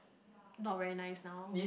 not very nice now